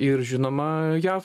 ir žinoma jav